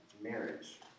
marriage